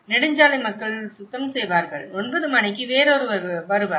நெடுஞ்சாலை மக்கள் சுத்தம் செய்வார்கள் 9 மணிக்கு வேறொருவர் வருவார்